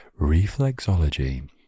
reflexology